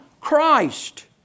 Christ